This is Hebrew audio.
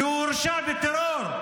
כי הוא הורשע בטרור,